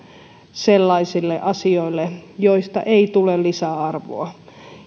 sellaisille asioille joista ei tule lisäarvoa